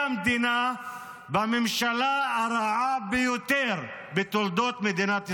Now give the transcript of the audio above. המדינה בממשלה הרעה ביותר בתולדות מדינת ישראל.